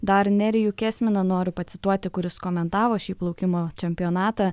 dar nerijų kesminą noriu pacituoti kuris komentavo šį plaukimo čempionatą